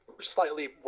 slightly